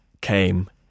came